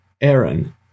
Aaron